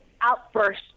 outburst